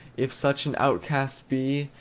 if such an outcast be,